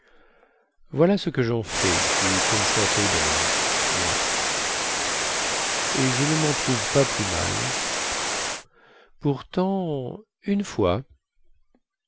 voilà ce que jen fais du confortable moi et je ne men trouve pas plus mal pourtant une fois